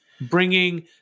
bringing